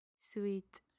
sweet